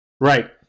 Right